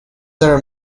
their